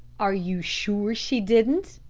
are you sure she didn't?